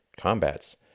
combats